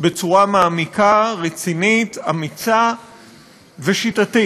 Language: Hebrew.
בצורה מעמיקה, רצינית, אמיצה ושיטתית.